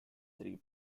three